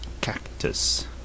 Cactus